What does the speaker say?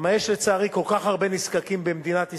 כי יש לצערי כל כך הרבה נזקקים במדינת ישראל,